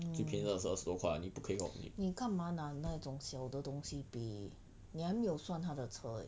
最便宜的是二十多块你不可以 hor 你